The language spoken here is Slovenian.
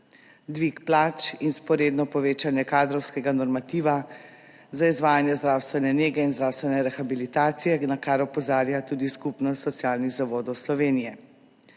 dvig plač in vzporedno povečanje kadrovskega normativa za izvajanje zdravstvene nege in zdravstvene rehabilitacije, na kar opozarja tudi Skupnost socialnih zavodov Slovenije.